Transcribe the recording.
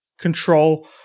Control